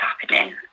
happening